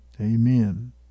Amen